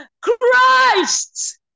Christ